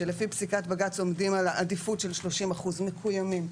שלפי פסיקת בג"ץ עומדים על עדיפות של 30% מקוימים?